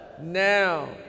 now